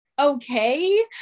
okay